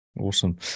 Awesome